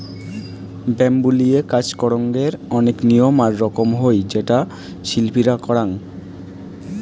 bamboo লিয়ে কাজ করঙ্গের অনেক নিয়ম আর রকম হই যেটো শিল্পীরা করাং